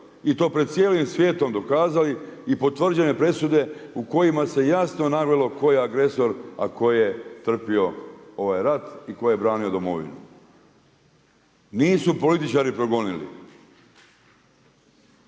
i to pred cijelim svijetom dokazali i potvrđene presude u kojima se jasno navelo tko je agresor, a tko je trpio ovaj rat i tko je branio domovinu. Nisu političari progonili.